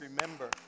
remember